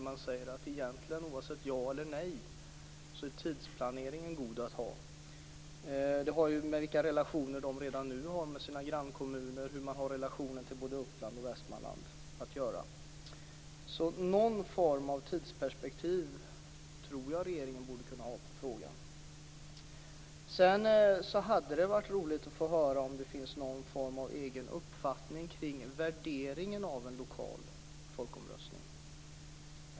Man säger att oavsett ja eller nej är tidsplaneringen bra att ha. Det har att göra med vilka relationer man redan nu har till sina grannkommuner, och vilka relationer man har till Uppland och Västmanland. Jag tycker därför att regeringen borde kunna ha någon form av tidsperspektiv i frågan. Det kunde vidare vara intressant att höra om man har någon egen uppfattning om värderingen av en lokal folkomröstning.